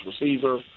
receiver